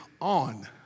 on